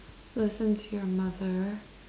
listen to your mother